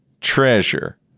treasure